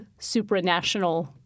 supranational